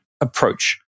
approach